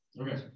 Okay